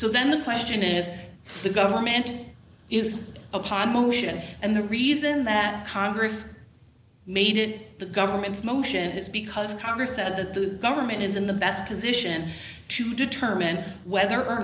so then the question is the government is upon motion and the reason that congress made it the government's motion is because congress said that the government is in the best position to determine whether or